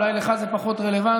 אולי לך זה פחות רלוונטי,